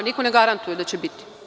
Niko ne garantuje da će biti.